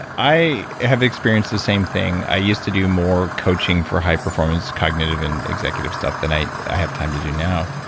i i have experienced the same thing. i used to do more coaching for high performance cognitive and executive stuff than i i have time to do now,